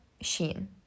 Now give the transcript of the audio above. sheen